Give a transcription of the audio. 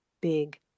big